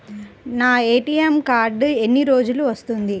నా ATM card ఎన్ని రోజులకు వస్తుంది?